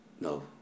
No